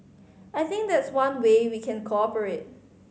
I think that's one way we can cooperate